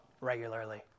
regularly